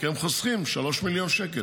כי הם חוסכים 3 מיליון שקלים,